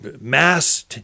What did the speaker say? mass